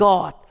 God